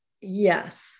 Yes